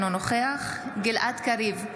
אינו נוכח גלעד קריב,